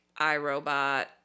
iRobot